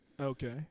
Okay